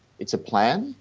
it's a plan.